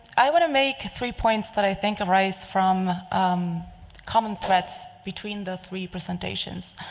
i want to make three points that i think arise from common threads between the three presentations.